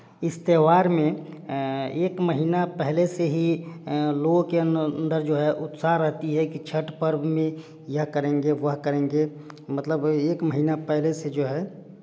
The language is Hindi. इस त्योहार में एक महीना पहले से ही लोगों के अंदर जो है उत्साह रहती है कि छठ पर्व में यह करेंगे वह करेंगे मतलब एक महीना पहले से जो है